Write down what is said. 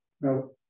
No